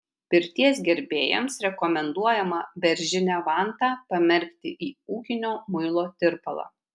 pirties gerbėjams rekomenduojama beržinę vantą pamerkti į ūkinio muilo tirpalą